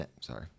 Sorry